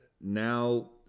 Now